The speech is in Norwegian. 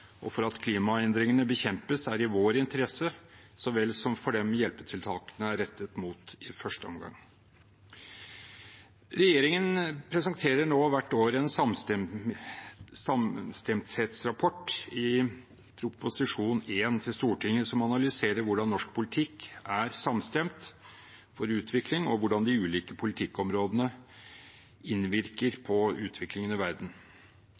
og for at klimaendringene bekjempes, er i vår interesse så vel som for dem hjelpetiltakene er rettet mot i første omgang. Regjeringen presenterer nå hvert år en samstemthetsrapport i Prop. 1 S til Stortinget, som analyserer hvordan norsk politikk er samstemt for utvikling, og hvordan de ulike politikkområdene innvirker på utviklingen i verden.